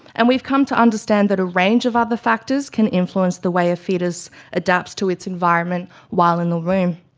and we've come to understand that a range of other factors can influence the way a foetus adapts to its environment while in the womb.